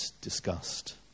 discussed